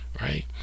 right